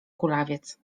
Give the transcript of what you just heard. kulawiec